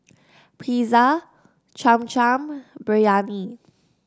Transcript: Pizza Cham Cham and Biryani